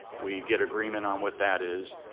we get agreement on what that is.